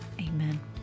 Amen